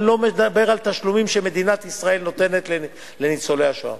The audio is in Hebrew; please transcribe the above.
אני לא מדבר על תשלומים שמדינת ישראל נותנת לניצולי השואה.